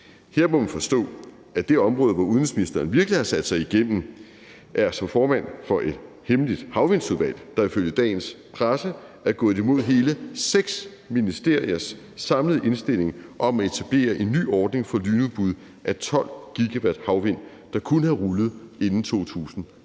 Her må man forstå, at det område, hvor udenrigsministeren virkelig har sat sig igennem, er som formand for et hemmeligt havvindsudvalg, der ifølge dagens presse er gået imod hele seks ministeriers samlede indstilling om at etablere en ny ordning for lynudbud af 12 GW havvind, der kunne have rullet inden 2030.